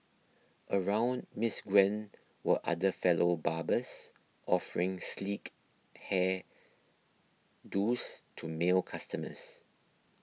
around Miss Gwen were other fellow barbers offering sleek hair do's to male customers